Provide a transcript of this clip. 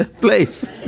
place